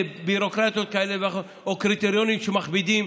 ביורוקרטיות כאלה ואחרות או קריטריונים שמכבידים.